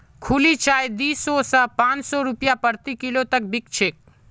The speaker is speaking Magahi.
खुली चाय दी सौ स पाँच सौ रूपया प्रति किलो तक बिक छेक